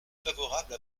favorable